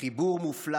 חיבור מופלא